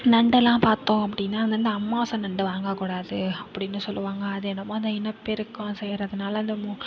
நண்டுலாம் பார்த்தோம் அப்படின்னா அது வந்து அமாவாசை நண்டு வாங்கக்கூடாது அப்படின்னு சொல்லுவாங்க அது என்னமோ அந்த இனப்பெருக்கம் செய்கிறதுனால அந்த மு